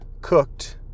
cooked